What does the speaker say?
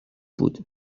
بود